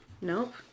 Nope